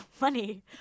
money